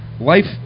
life